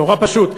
נורא פשוט.